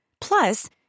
Plus